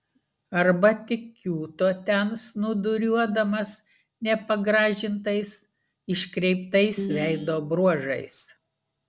arba tik kiūto ten snūduriuodamas nepagražintais iškreiptais veido bruožais